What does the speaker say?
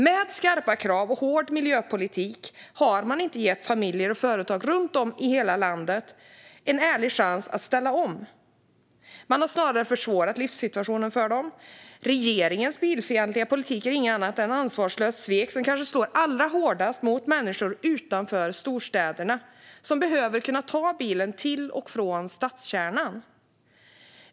Med skarpa krav och hård miljöpolitik har man inte gett familjer och företag i hela landet en ärlig chans att ställa om. Man har snarare försvårat livssituationen för dem. Regeringens bilfientliga politik är inget annat än ett ansvarslöst svek som kanske slår allra hårdast mot människor utanför storstäderna, som behöver kunna ta bilen till och från stadskärnan.